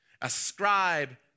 Ascribe